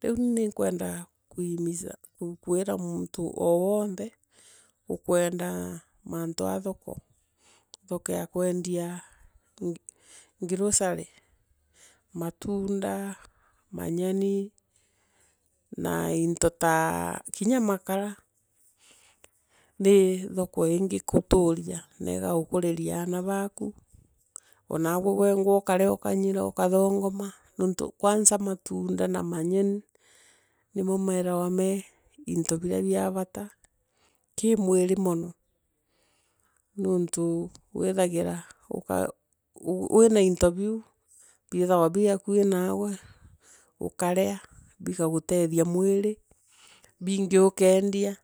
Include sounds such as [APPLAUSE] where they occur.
Riu nia kwenda kuimiza ku- kuira muntu o wonthe ukwenda mantu ya thoku. Thoku ya kuendia [UNINTELLIGIBLE] glocari. Matunda manyani na intoi ta kinya makara ni thoka ingiguturia na igagukuriria aana baaku onaawe wengwa ukaria ukanyira ukathongama nuntu kwanza matunda na manyeri nimo methagirwa mei into bira bia bata kii mwiri mono. Niuntu withagira [UNINTELLIGIBLE] wina into biithagirwa biri akui naawe ukaria bigagutethia mwiri bingi ukeendia